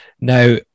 Now